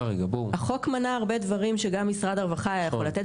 החוק מנע הרבה דברים שגם משרד הרווחה היה יכול לתת.